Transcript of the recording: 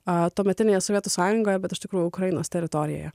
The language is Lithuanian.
a tuometinėje sovietų sąjungoje bet iš tikrųjų ukrainos teritorijoje